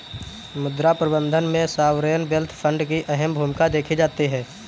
मुद्रा प्रबन्धन में सॉवरेन वेल्थ फंड की अहम भूमिका देखी जाती है